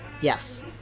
Yes